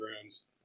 grounds